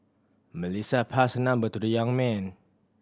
Melissa passed her number to the young man